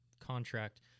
contract